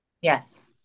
Yes